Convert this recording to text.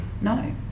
No